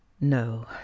No